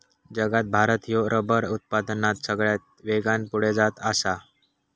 जगात भारत ह्यो रबर उत्पादनात सगळ्यात वेगान पुढे जात आसा